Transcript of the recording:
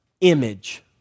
image